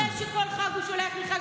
אתה יודע שבכל חג הוא שולח לי חג שמח?